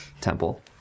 temple